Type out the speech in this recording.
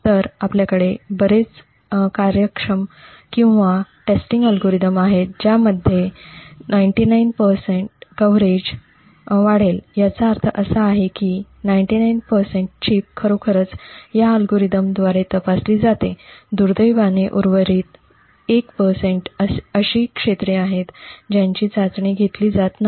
तर आपल्याकडे बरेच कार्यक्षम किंवा टेस्टिंग अल्गोरिदम आहेत ज्यामुळे '99' टक्के कव्हरेज वाढेल याचा अर्थ असा आहे की '99' टक्के चिप खरोखरच या अल्गोरिदम द्वारे तपासली जाते दुर्दैवाने उर्वरित '1' टक्के अशी क्षेत्रे आहेत ज्याची चाचणी घेतली जात नाही